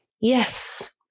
Yes